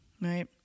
right